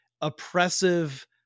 oppressive